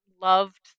loved